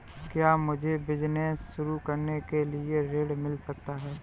क्या मुझे बिजनेस शुरू करने के लिए ऋण मिल सकता है?